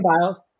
Biles